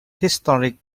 historic